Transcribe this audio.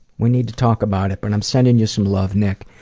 we need to talk about it. but i'm sending you some love, nick,